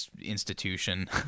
institution